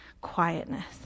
quietness